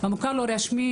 המוכר הלא רשמי,